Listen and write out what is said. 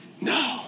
No